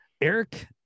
Eric